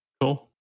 Cool